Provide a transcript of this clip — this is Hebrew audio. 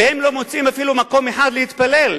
והם לא מוצאים אפילו מקום אחד להתפלל בו.